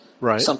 right